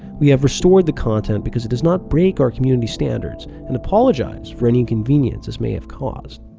we have restored the content because it does not break our community standards and apologise for any inconvenience this may have caused.